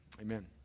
Amen